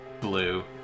Blue